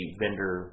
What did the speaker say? vendor